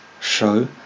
show